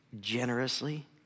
generously